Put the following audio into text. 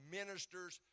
ministers